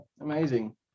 amazing